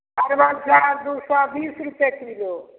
अरबा चाबल दू सए बीस रुपे किलो